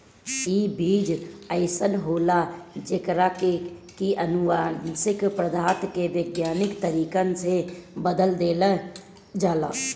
इ बीज अइसन होला जेकरा के की अनुवांशिक पदार्थ के वैज्ञानिक तरीका से बदल देहल जाला